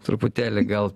truputėlį gal